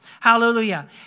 Hallelujah